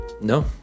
no